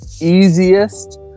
easiest